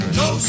no